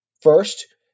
First